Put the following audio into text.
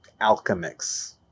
Alchemix